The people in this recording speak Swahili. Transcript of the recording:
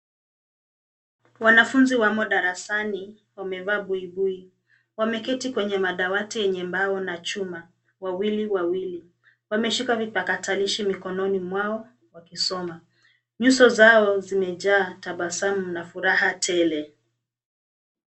Wanafunzi wamo darasani wamevaa buibui. Wameketi kwenye madawati yenye mbao na chuma, wawili wawili. Wameshika vipakatalishi mikononi mwao wakisoma. Nyuso zao zimejaa tabasamu na furaha tele.